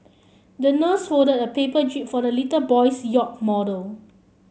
the nurse folded a paper jib for the little boy's yacht model